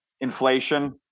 inflation